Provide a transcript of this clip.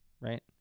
right